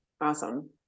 Awesome